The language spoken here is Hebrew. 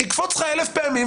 יקפוץ לך אלף פעמים.